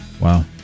Wow